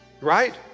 right